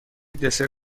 دسر